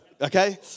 Okay